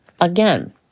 again